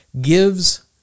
gives